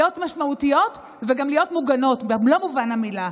להיות משמעותיות וגם להיות מוגנות במלוא מובן המילה.